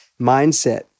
mindset